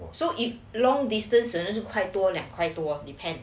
so if long distance 一块多两块多 depend